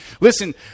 listen